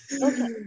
Okay